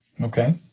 Okay